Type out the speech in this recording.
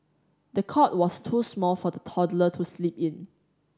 the cot was too small for the toddler to sleep in